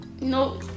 No